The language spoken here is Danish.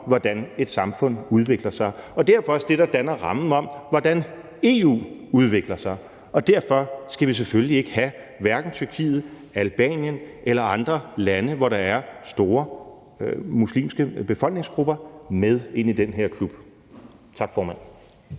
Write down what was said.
hvordan samfundet udvikler sig. Derfor er det det, der danner rammen om, hvordan EU udvikler sig, og derfor skal vi selvfølgelig ikke have hverken Tyrkiet, Albanien eller andre lande, hvor der er store muslimske befolkningsgrupper, med i den her klub. Tak, formand.